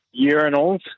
urinals